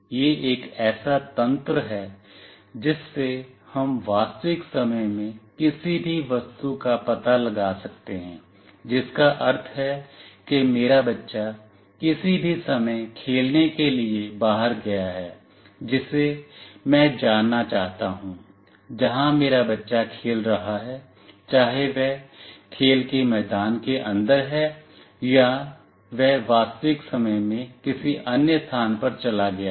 यह एक ऐसा तंत्र है जिससे हम वास्तविक समय में किसी भी वस्तु का पता लगा सकते हैं जिसका अर्थ है कि मेरा बच्चा किसी भी समय खेलने के लिए बाहर गया है जिसे मैं जानना चाहता हूं जहां मेरा बच्चा खेल रहा है चाहे वह खेल के मैदान के अंदर है या वह वास्तविक समय में किसी अन्य स्थान पर चला गिया है